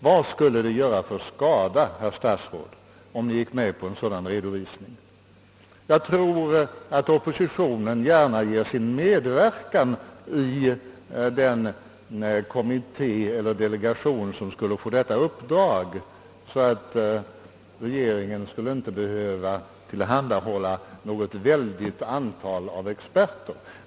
Vad skulle det göra för skada, herr statsråd, om ni gick med på en sådan redovisning? Jag tror att oppositionen gärna ger sin medverkan i den kommitté eller delegation som skulle få detta uppdrag. Regeringen skulle alltså inte behöva tillhandahålla ett mycket stort antal experter.